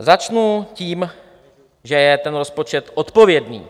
Začnu tím, že je ten rozpočet odpovědný.